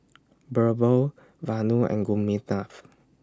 Birbal Vanu and Gopinath